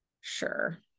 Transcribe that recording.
Sure